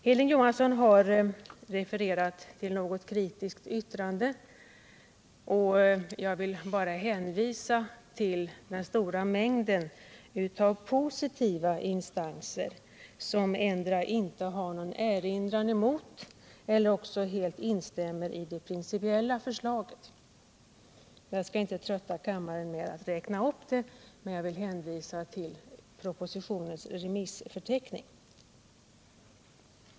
Hilding Johansson har refererat till något kritiskt yttrande, och jag vill bara hänvisa till den stora mängden av instanser, som 2ndera inte har någon erinran mot eller också helt instämmer i det principiella förslaget. Jag skall inte trötta kammaren med att räkna upp dem, men jag vill hänvisa till propositionens remissförteckning.